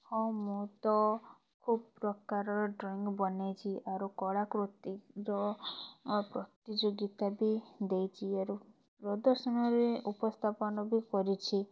ହଁ ମୁଁ ତ ଖୋବ୍ ପ୍ରକାରର ଡ୍ରଇଙ୍ଗ୍ ବନେଇଚି ଆରୁ କଳା କୃତିର ପ୍ରତିଯୋଗିତା ବି ଦେଇଚି ଆରୁ ପ୍ରଦର୍ଶନୀରେ ଉପସ୍ଥାପନ ବି କରିଛି